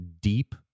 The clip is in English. deep